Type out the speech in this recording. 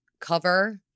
cover